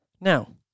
Now